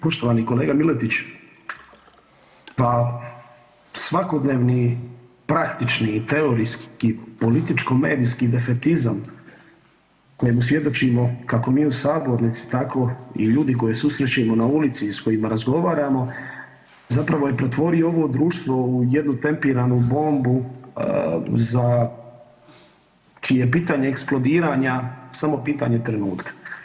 Poštovani kolega Miletić pa svakodnevni praktični i teorijski političko-medijski defetizam kojemu svjedočimo kako mi u sabornici tako i ljudi koje susrećemo na ulici i s kojima razgovaramo zapravo je pretvorio ovo društvo u jednu tempiranu bombu čije je bitan eksplodiranja samo pitanje trenutka.